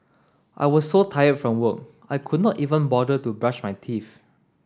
I was so tired from work I could not even bother to brush my teeth